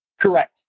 Correct